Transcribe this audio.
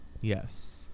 Yes